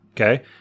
okay